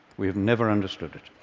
we have never understood it.